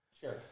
Sure